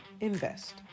Invest